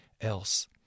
else